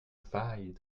failles